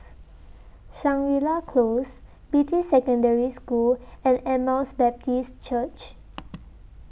Shangri La Close Beatty Secondary School and Emmaus Baptist Church